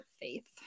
faith